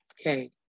Okay